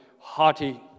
haughty